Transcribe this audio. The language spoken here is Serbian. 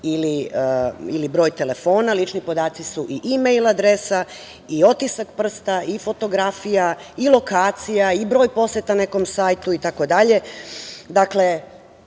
ili broj telefona. Lični podaci su i imejl adresa i otisak prsta i fotografija i lokacija i broj poseta nekom sajtu itd.